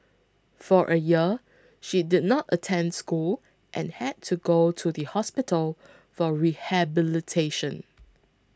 for a year she did not attend school and had to go to the hospital for rehabilitation